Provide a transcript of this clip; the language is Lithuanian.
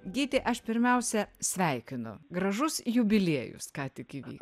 gyti aš pirmiausia sveikinu gražus jubiliejus ką tik įvy